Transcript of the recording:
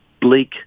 bleak